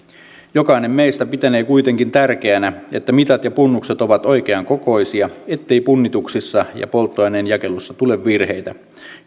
jokainen meistä pitänee kuitenkin tärkeänä että mitat ja punnukset ovat oikeankokoisia ettei punnituksissa ja polttoaineen jakelussa tule virheitä